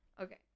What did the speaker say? Okay